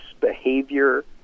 behavior